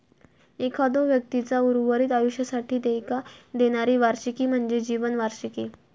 एखाद्यो व्यक्तीचा उर्वरित आयुष्यासाठी देयका देणारी वार्षिकी म्हणजे जीवन वार्षिकी